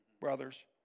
Brothers